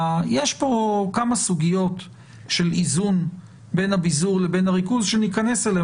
יש כאן כמה סוגיות של איזון בין הביזור לבין הריכוז שניכנס אליהן